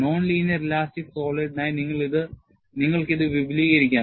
non linear elastic സോളിഡിനായി നിങ്ങൾക്ക് ഇത് വിപുലീകരിക്കാം